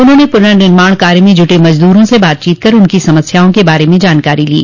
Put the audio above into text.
उन्होंने पुनर्निर्माण कार्य में जुटे मजदूरों से बातचीत कर उनकी समस्याओं के बारे में भी जानकारी ली